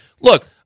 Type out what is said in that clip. look